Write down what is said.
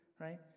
right